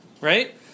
Right